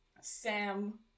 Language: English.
Sam